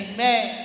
Amen